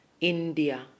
India